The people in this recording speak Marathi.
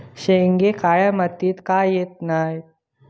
शेंगे काळ्या मातीयेत का येत नाय?